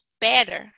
better